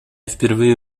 впервые